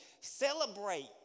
Celebrate